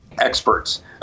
experts